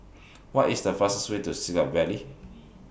What IS The fastest Way to Siglap Valley